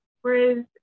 Whereas